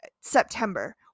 September